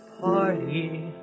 party